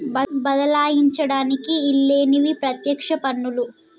బదలాయించడానికి ఈల్లేనివి పత్యక్ష పన్నులు